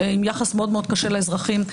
עם יחס מאוד מאוד קשה לאזרחים,